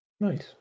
Nice